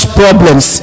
problems